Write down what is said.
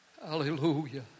Hallelujah